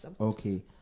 okay